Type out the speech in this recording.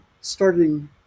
starting